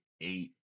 eight